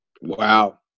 wow